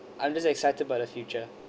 I'm just excited about the future